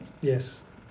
Yes